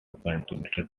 continued